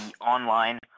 online